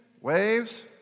waves